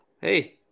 hey